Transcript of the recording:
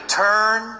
turn